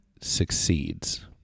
succeeds